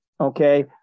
okay